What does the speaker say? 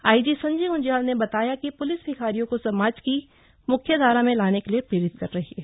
IG Sanjay Gunjyal ने बताया कि प्लिस भिखारियों को समाज की म्ख्यधारा में लाने के लिए प्रेरित कर रही है